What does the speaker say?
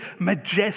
majestic